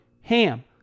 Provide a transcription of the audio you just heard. HAM